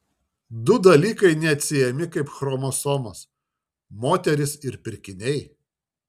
du dalykai neatsiejami kaip chromosomos moterys ir pirkiniai